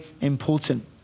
important